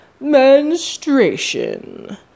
menstruation